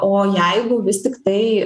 o jeigu vis tiktai